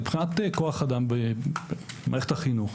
מבחינת כוח אדם במערכת החינוך,